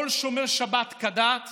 כל שומר שבת כדת מחללו,